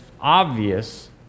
obvious